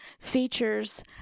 features